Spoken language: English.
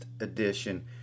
edition